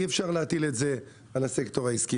אי אפשר להטיל את זה על הסקטור העסקי,